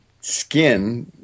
skin